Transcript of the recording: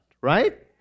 right